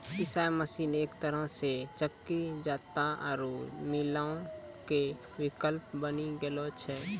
पिशाय मशीन एक तरहो से चक्की जांता आरु मीलो के विकल्प बनी गेलो छै